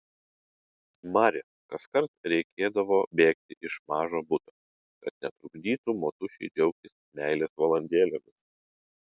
mari kaskart reikėdavo bėgti iš mažo buto kad netrukdytų motušei džiaugtis meilės valandėlėmis